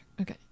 okay